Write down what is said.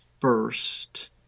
first